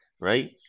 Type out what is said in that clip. right